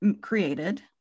created